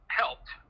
helped